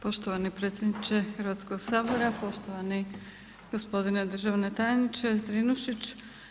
Poštovani predsjedniče Hrvatskog sabora, poštovani gospodine državni tajniče Zrinušić.